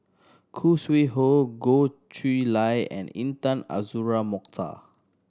Khoo Sui Hoe Goh Chiew Lye and Intan Azura Mokhtar